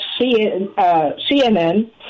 CNN